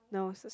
no it's the same